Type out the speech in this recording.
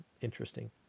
interesting